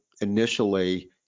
initially